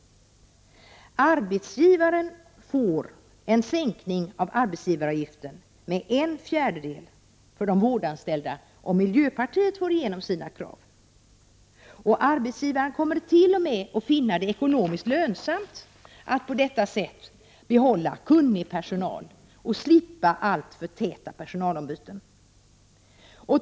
Arbetsgivaren får en sänkning av arbetsgivaravgiften med en fjärdedel för de vårdanställda, om miljöpartiet får igenom sina krav. Arbetsgivaren kommer t.o.m. att finna det ekonomiskt lönsamt att på detta sätt behålla kunnig personal och slippa alltför täta personalbyten.